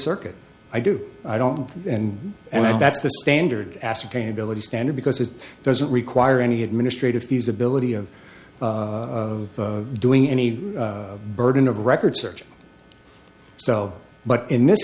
circuit i do i don't and that's the standard ascertain ability standard because it doesn't require any administrative feasibility of of doing any burden of record search so but in this